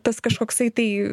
tas kažkoksai tai